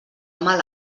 mal